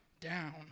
down